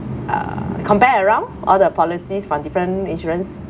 uh compare around all the policies from different insurance